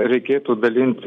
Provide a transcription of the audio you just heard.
reikėtų dalint